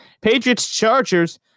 Patriots-Chargers